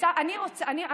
היא לא מפחיתה.